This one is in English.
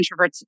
introverts